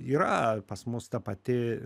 yra pas mus ta pati